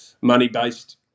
money-based